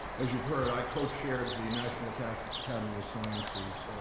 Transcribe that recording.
as you've heard, i co-chaired the national academy academy of sciences